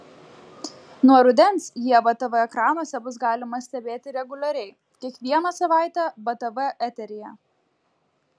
nuo rudens ievą tv ekranuose bus galima stebėti reguliariai kiekvieną savaitę btv eteryje